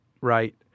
right